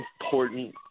important